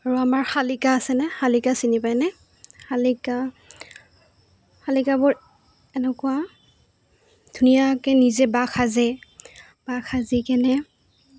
আৰু আমাৰ শালিকা আছেনে শালিকা চিনি পাইনে শালিকা শালিকাবোৰ এনেকুৱা ধুনীয়াকৈ নিজে বাঁহ সাজে বাঁহ সাজি কেনে